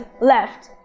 left